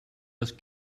just